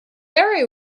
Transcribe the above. area